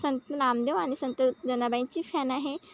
संत नामदेव आनि संत जनाबाईंची फॅन आहे